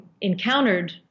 encountered